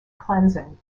cleansing